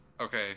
Okay